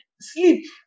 sleep